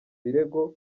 birego